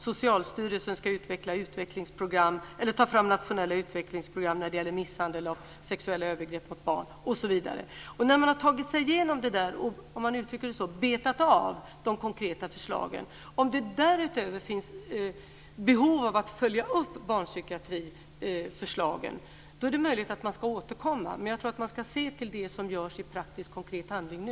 Socialstyrelsen ska ta fram nationella utvecklingsprogram när det gäller misshandel och sexuella övergrepp mot barn. Om man har betat av de konkreta förslagen, och finner att det därutöver finns behov av att följa upp barnpsykiatriförslagen är det möjligt att man ska återkomma. Men jag tror att man ska se till det som görs i praktisk konkret handling nu.